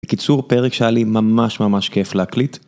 בקיצור פרק שהיה לי ממש ממש כיף להקליט